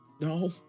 No